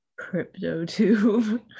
Cryptotube